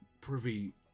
privy